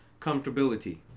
comfortability